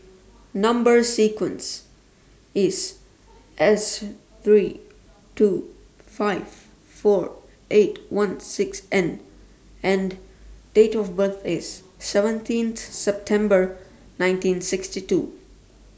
Number sequence IS S three two five four eight one six N and Date of birth IS seventeen September nineteen sixty two